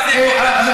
אל תהיה כמו,